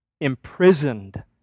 imprisoned